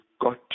got